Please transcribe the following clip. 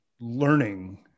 learning